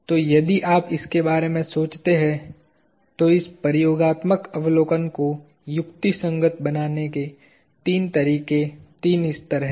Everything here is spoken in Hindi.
तो यदि आप इसके बारे में सोचते हैं तो इस प्रयोगात्मक अवलोकन को युक्तिसंगत बनाने के तीन तरीके हैं तीन स्तर है